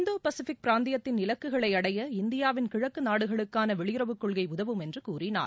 இந்தோ Pacific பிராந்தியத்தின் இலக்குகளை அடைய இந்தியாவின் கிழக்கு நாடுகளுக்கான வெளியுறவுக்கொள்கை உதவும் என்று கூறினார்